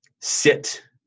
Sit